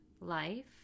life